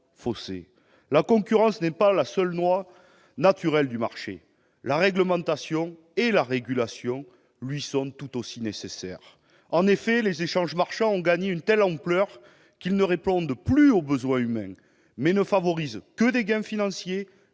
La concurrence n'est pas la seule loi naturelle du marché. La réglementation et la régulation lui sont tout aussi nécessaires. En effet, les échanges marchands ont gagné une telle ampleur qu'ils ne répondent plus aux besoins humains et ne favorisent que des gains financiers